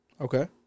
Okay